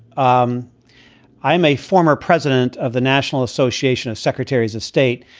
um i'm a former president of the national association of secretaries of state,